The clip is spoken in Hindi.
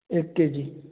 एक के जी